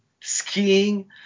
skiing